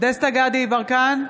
דסטה גדי יברקן,